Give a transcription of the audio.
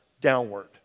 downward